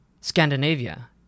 Scandinavia